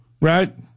right